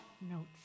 notes